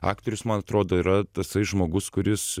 aktorius man atrodo yra tasai žmogus kuris